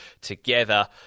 together